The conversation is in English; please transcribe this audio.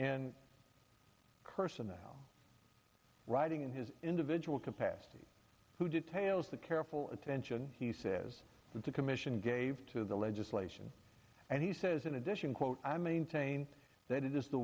personnel writing in his individual capacity who details the careful attention he says that the commission gave to the legislation and he says in addition quote i maintain that it is the